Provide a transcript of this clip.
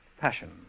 passion